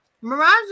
Mirage